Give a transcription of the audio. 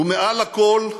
ומעל הכול,